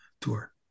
tour